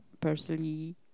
parsley